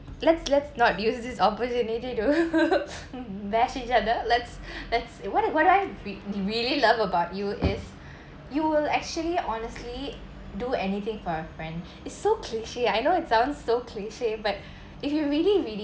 let's let's not use this opportunity to bash each other let's let's what did I what do I do really love about you is you will actually honestly do anything for a friend it's so cliche I know it sounds so cliche but if you really really